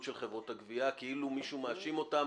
של חברות הגבייה כאילו מישהו מאשים אותם